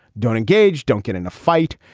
don't engage. don't get in a fight.